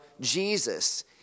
Jesus